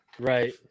right